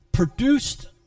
Produced